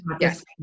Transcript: yes